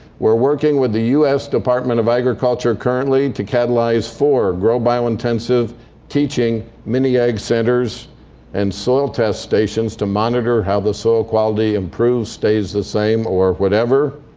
we're working with the us department of agriculture currently to catalyze four grow biointensive teaching mini-ag centers and soil test stations to monitor how the soil quality improves, stays the same, or whatever